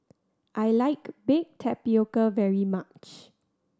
I like baked tapioca very much